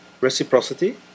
reciprocity